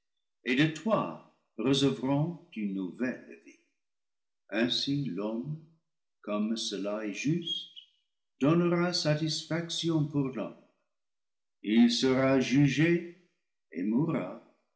et de toi recevront une nouvelle vie ainsi l'homme comme cela est juste don nera satisfaction pour l'homme il sera jugé et mourra